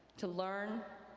to learn,